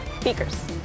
Speakers